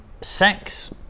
sex